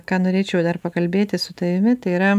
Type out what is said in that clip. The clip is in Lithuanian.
ką norėčiau dar pakalbėti su tavimi tai yra